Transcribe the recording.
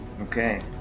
Okay